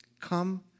Come